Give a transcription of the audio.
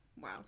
Wow